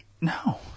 no